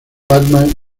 batman